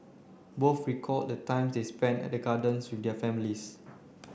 both recalled the times they spent at the gardens with their families